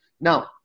Now